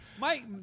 Mike